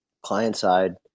client-side